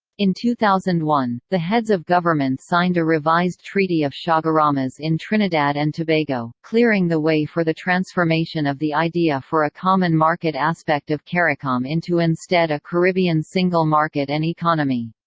in two thousand and one, the heads of government signed a revised treaty of chaguaramas in trinidad and tobago, clearing the way for the transformation of the idea for a common market aspect of caricom into instead a caribbean single market and economy.